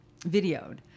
videoed